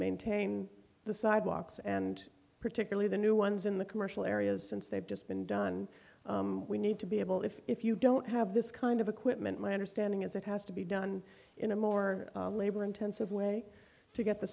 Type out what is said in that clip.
maintain the sidewalks and particularly the new ones in the commercial areas since they've just been done we need to be able if if you don't have this kind of equipment my understanding is it has to be done in a more labor intensive way to get the